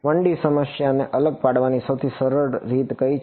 1D સમસ્યાને અલગ પાડવાની સૌથી સરળ રીત કઈ છે